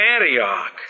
Antioch